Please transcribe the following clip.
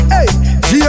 Hey